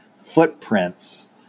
footprints